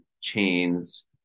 chains